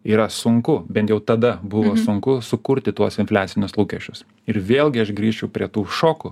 yra sunku bent jau tada buvo sunku sukurti tuos infliacinius lūkesčius ir vėlgi aš grįšiu prie tų šokų